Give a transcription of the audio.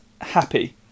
Happy